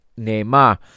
Neymar